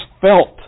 felt